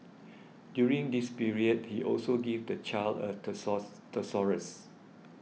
during this period he also gave the child a thesaurus